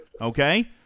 okay